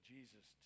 Jesus